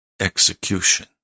execution